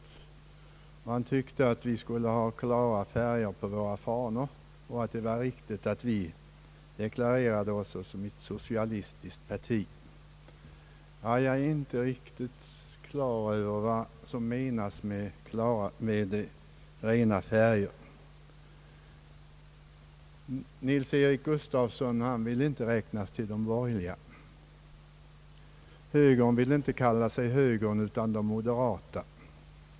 Herr Wallmark tyckte att vi borde ha klara färger på våra fanor och att det var viktigt att vi deklarerade oss såsom ett socialistiskt parti. Jag är inte riktigt säker på vad som menas med klara färger. Herr Nils-Eric Gustafsson ville inte räknas till de borgerliga. Högern vill inte kalla sig högern utan de moderata.